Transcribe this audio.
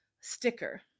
sticker